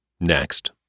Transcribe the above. next